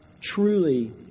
truly